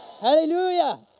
Hallelujah